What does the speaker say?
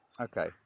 Okay